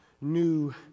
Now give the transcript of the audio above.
new